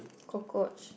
cockroach